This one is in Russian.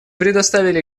предоставили